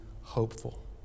hopeful